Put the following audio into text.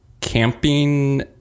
camping